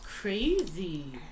crazy